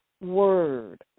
Word